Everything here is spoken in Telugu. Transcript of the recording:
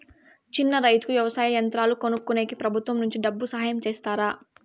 చిన్న రైతుకు వ్యవసాయ యంత్రాలు కొనుక్కునేకి ప్రభుత్వం నుంచి డబ్బు సహాయం చేస్తారా?